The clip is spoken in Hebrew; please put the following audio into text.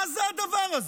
מה זה הדבר הזה?